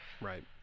Right